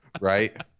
Right